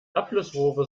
abflussrohre